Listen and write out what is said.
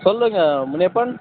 சொல்லுங்கள் முனியப்பன்